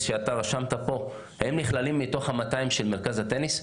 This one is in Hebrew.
שרשמת פה הם נכללים ב-200 של מרכז הטניס?